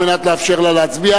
על מנת לאפשר לה להצביע.